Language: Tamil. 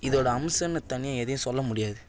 இதோடய அம்சோம்னு தனியாக எதையும் சொல்ல முடியாது